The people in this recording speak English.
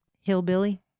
Hillbilly